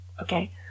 Okay